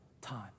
time